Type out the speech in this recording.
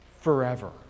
forever